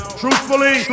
truthfully